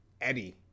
Eddie